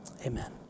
Amen